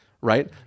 right